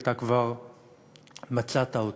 אתה כבר מצאת אותה.